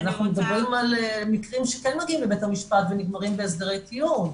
אנחנו מדברים על מקרים שכן מגיעים לבית המשפט ונגמרים בהסדרי טיעון.